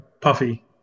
Puffy